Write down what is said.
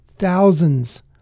Thousands